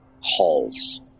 halls